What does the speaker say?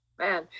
Man